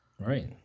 Right